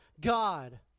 God